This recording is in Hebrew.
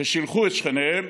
ששילחו את שכניהם